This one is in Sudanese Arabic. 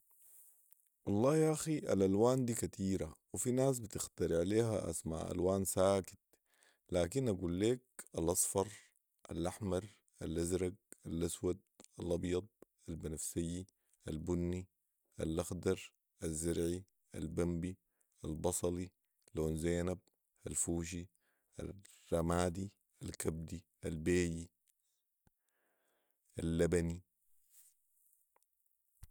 والله ياخي الالوان دي كتيره وفي ناس بتخترع ليها اسماء الوان ساكت لكن اقول ليك الاصفر، الاحمر، الازرق ،الاسود، الابيض ،البنفسجي ،البني ،الأخضر، الزرعي ،البمبي ،البصلي ،لون زينب ،الفوشي ،الرمادي ،الكبدي ،البيجي ،اللبني